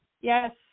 Yes